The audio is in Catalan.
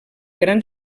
gran